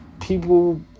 people